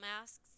masks